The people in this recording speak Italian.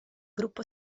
gruppo